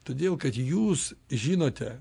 todėl kad jūs žinote